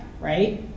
right